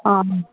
ହଁ